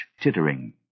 tittering